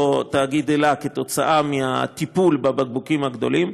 תאגיד אל"ה מהטיפול בבקבוקים הגדולים.